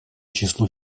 числу